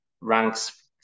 ranks